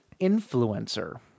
influencer